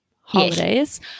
holidays